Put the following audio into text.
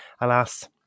alas